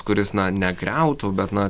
kuris na negriautų bet na